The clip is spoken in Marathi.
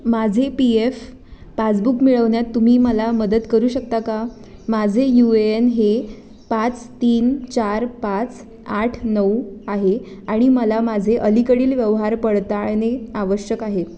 माझे पी एफ पासबुक मिळवण्यात तुम्ही मला मदत करू शकता का माझे यू ए एन हे पाच तीन चार पाच आठ नऊ आहे आणि मला माझे अलीकडील व्यवहार पडताळणे आवश्यक आहे